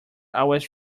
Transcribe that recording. always